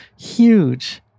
Huge